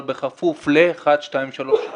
אבל בכפוף ל-4,3,2,1.